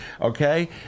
okay